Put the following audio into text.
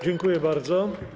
Dziękuję bardzo.